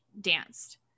danced